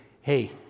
hey